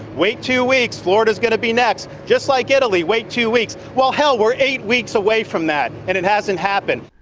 wait two weeks. florida's going to be next. just like italy. wait two weeks. well, hell, we're eight weeks away from that! and it hasn't happened!